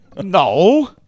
No